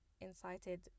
incited